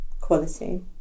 quality